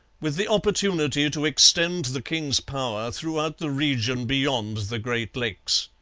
with the opportunity to extend the king's power throughout the region beyond the great lakes.